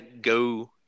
go